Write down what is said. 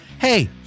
Hey